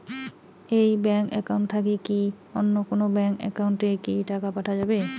এই bank account থাকি কি অন্য কোনো ব্যাংক একাউন্ট এ কি টাকা পাঠা যাবে?